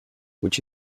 which